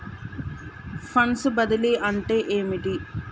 Funds బదిలీ అంటే ఏమిటి?